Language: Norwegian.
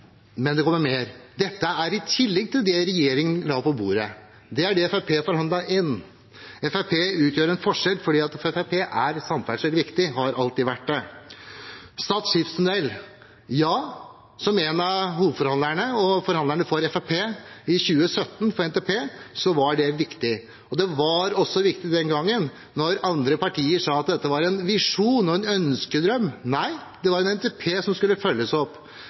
men det kommer mer. Dette er i tillegg til det regjeringen la på bordet. Det er det Fremskrittspartiet forhandlet inn. Fremskrittspartiet utgjør en forskjell, for for Fremskrittpartiet er samferdsel viktig, og det har alltid vært det. Stad skipstunnel: Ja, for meg som en av Fremskrittspartiets hovedforhandlere for NTP i 2017, var det viktig. Det var også viktig den gangen, da andre partier sa at dette var en visjon og en ønskedrøm. Nei, det var en NTP som skulle følges opp.